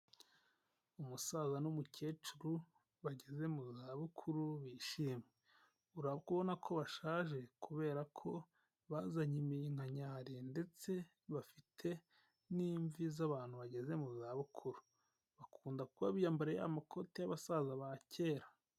Umusaza n'umukecuru bageze mu zabukuru bishimye, uri kubona ko bashaje kubera ko bazanye imiyinkanyari ndetse bafite n'imvi z'abantu bageze mu zabukuru, bakunda kuba biyambariye ya makoti y'abasaza ba kera.